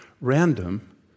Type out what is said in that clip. random